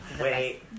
Wait